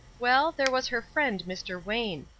well, there was her friend, mr. wayne.